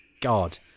God